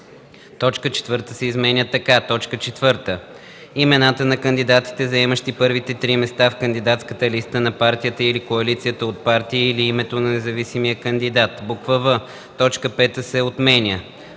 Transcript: точка 4 се изменя така: „4. имената на кандидатите, заемащи първите три места в кандидатската листа на партията или коалицията от партии или името на независимия кандидат;” в) точка 5 се отменя.